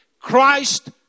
Christ